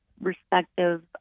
respective